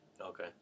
Okay